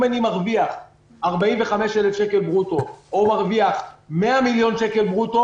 אם אני מרוויח 45,000 שקל ברוטו או מרוויח 100 מיליון שקל ברוטו,